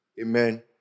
Amen